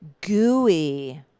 gooey